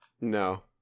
No